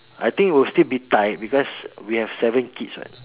I think will still be tight because we have seven kids [what]